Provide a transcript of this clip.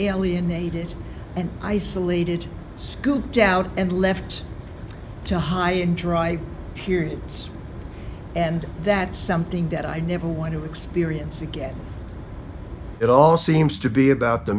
alienated and isolated scooped out and left to high and dry periods and that's something that i never want to experience again it all seems to be about the